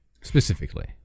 specifically